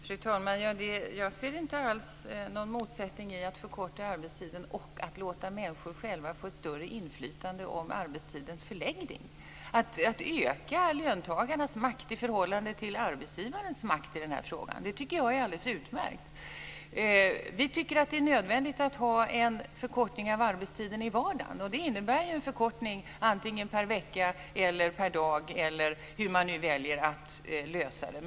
Fru talman! Jag ser inte alls någon motsättning i att förkorta arbetstiden och att låta människor själva få ett större inflytande över arbetstidens förläggning. Att öka löntagarnas makt i förhållande till arbetsgivarens makt i den här frågan tycker jag är alldeles utmärkt. Vi tycker att det är nödvändigt att ha en förkortning av arbetstiden i vardagen. Det innebär en förkortning antingen per vecka eller per dag, eller hur man nu väljer att lösa det.